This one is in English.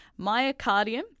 Myocardium